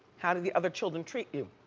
how do the other children treat you?